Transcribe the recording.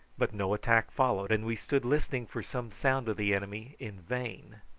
but no attack followed and we stood listening for some sound of the enemy in vain.